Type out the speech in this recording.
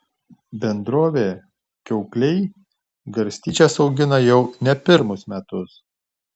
bendrovė kiaukliai garstyčias augina jau ne pirmus metus